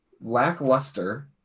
lackluster